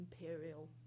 imperial